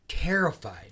Terrified